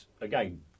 again